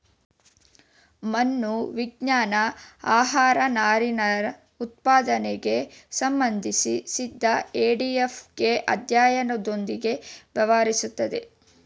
ಮಣ್ಣು ವಿಜ್ಞಾನ ಆಹಾರನಾರಿನಉತ್ಪಾದನೆಗೆ ಸಂಬಂಧಿಸಿದಎಡಾಫಿಕ್ಅಧ್ಯಯನದೊಂದಿಗೆ ವ್ಯವಹರಿಸ್ತದೆ